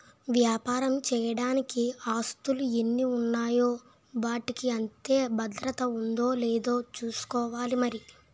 వ్యాపారం చెయ్యడానికి ఆస్తులు ఎన్ని ఉన్నాయో వాటికి అంతే భద్రత ఉందో లేదో చూసుకోవాలి మరి